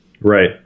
Right